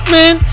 Man